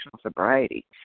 sobriety